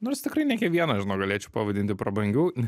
nors tikrai ne kiekvieną žinok tikrai galėčiau pavadinti prabangiu